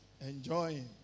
enjoying